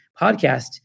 podcast